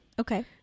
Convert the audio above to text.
Okay